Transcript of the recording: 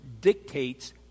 dictates